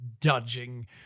dodging